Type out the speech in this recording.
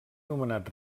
nomenat